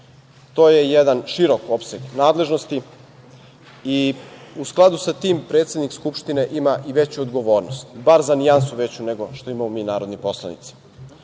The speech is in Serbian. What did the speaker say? To je jedan širok opseg nadležnosti i u skladu sa tim predsednik Skupštine ima i veću odgovornost, bar za nijansu veću nego što imamo mi narodni poslanici. Podsetiću